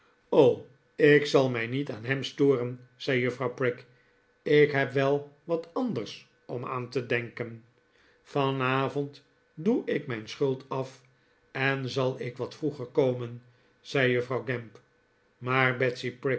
ik zal mij niet aan hem storen zei juffrouw prig ik heb wel wat anders om aan te denken vanavond doe ik mijn schuld af en zal ik wat vroeger komen zei juffrouw gamp maar